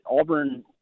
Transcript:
Auburn